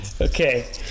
Okay